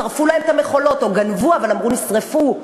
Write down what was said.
שרפו להם את המכולות או גנבו אבל אמרו: נשרפו.